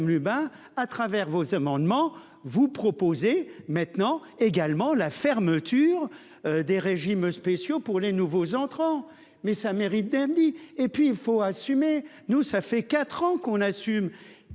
à travers vos amendements vous proposez maintenant également la fermeture des régimes spéciaux pour les nouveaux entrants. Mais ça méritait ni et puis il faut assumer. Nous ça fait 4 ans qu'on assume,